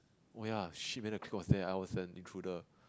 oh ya shit whether truth or dare I was and intruder